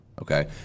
Okay